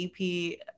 EP